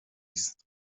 است